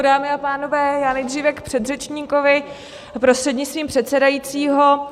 Dámy a pánové, já nejdříve k předřečníkovi prostřednictvím předsedajícího.